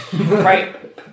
right